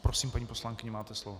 Prosím, paní poslankyně, máte slovo.